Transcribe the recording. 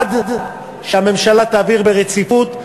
עד שהממשלה תעביר דין רציפות,